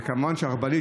וכמובן שהרכבלית,